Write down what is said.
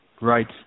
Right